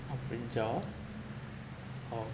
oh brinjal oh